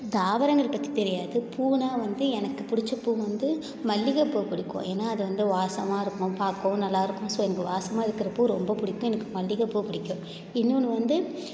தாவரங்கள் பற்றி தெரியாது பூவுன்னா வந்து எனக்கு பிடிச்ச பூ வந்து மல்லிகைப்பூ பிடிக்கும் ஏன்னா அது வந்து வாசமாக இருக்கும் பார்க்கவும் நல்லா இருக்கும் ஸோ எனக்கு வாசமாக இருக்கிற பூ ரொம்ப பிடிக்கும் எனக்கு மல்லிகைப்பூ பிடிக்கும் இன்னொன்று வந்து